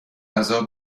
غذا